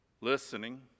listening